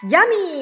Yummy